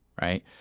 right